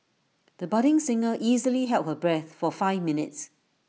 the budding singer easily held her breath for five minutes